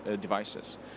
devices